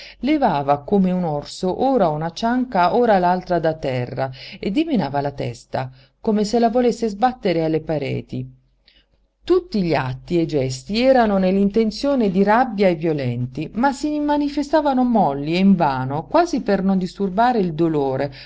levava come un orso ora una cianca ora l'altra da terra e dimenava la testa come se la volesse sbattere alle pareti tutti gli atti e i gesti erano nell'intenzione di rabbia e violenti ma si manifestavano molli e invano quasi per non disturbare il dolore